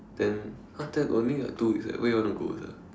then !huh! then only like two weeks eh where you want to go sia